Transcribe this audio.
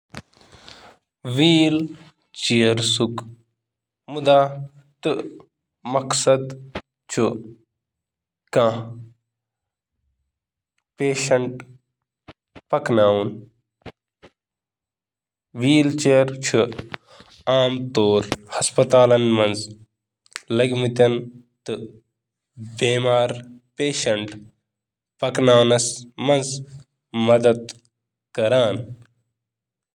Wheel چیئرُک مقصد چُھ مٔریٖضن ہٕنٛدِ مدتہٕ خٲطرٕ استعمال کرنہٕ یِوان۔